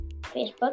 Facebook